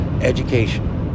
education